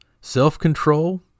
self-control